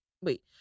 wait